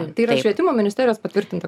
tai yra švietimo ministerijos patvirtinta